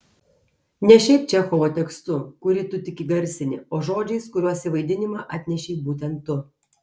ne šiaip čechovo tekstu kurį tu tik įgarsini o žodžiais kuriuos į vaidinimą atnešei būtent tu